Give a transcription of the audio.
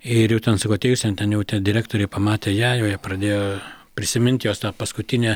ir jau ten sakau atėjus ten ten jau ten direktorė pamatė ją jau jie pradėjo prisiminti jos paskutinę